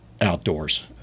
outdoors